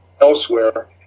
elsewhere